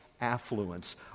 affluence